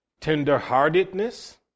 tenderheartedness